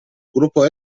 gruppo